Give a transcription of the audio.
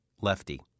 Lefty